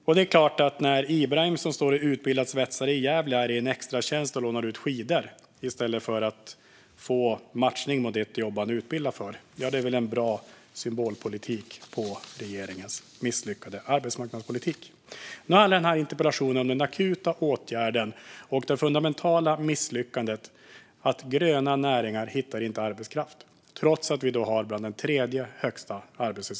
När Ibrahim i Gävle, som är utbildad svetsare, är i en extratjänst och lånar ut skidor i stället för att få en matchning mot det jobb som han är utbildad för är det en tydlig symbol för regeringens misslyckade arbetsmarknadspolitik. Min interpellation handlar om den akuta åtgärden som krävs nu och det fundamentala misslyckandet att gröna näringar inte hittar arbetskraft trots att arbetslösheten är en av de tre högsta i EU.